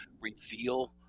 reveal